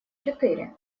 четыре